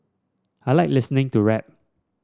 I like listening to rap